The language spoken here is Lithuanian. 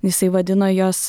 jisai vadino juos